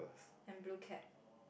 and blue cap